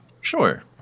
Sure